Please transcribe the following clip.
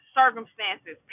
circumstances